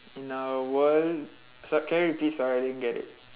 in our world so~ can you repeat sorry I didn't get it